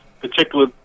particular